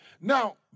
now